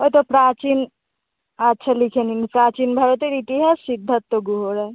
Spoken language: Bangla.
ওই তো প্রাচীন আচ্ছা লিখে নিন প্রাচীন ভারতের ইতিহাস সিদ্ধার্থ গুহ রায়